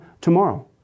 tomorrow